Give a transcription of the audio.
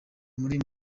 muri